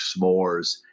s'mores